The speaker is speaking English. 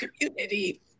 community